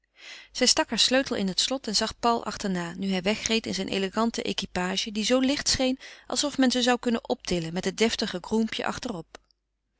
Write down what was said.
stak haar sleutel in het slot en zag paul achterna nu hij wegreed in zijn elegante equipage die zoo licht scheen alsof men ze zou kunnen optillen met het deftige groompje achterop